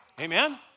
Amen